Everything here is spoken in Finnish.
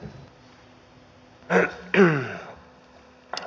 arvoisa puhemies